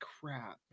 crap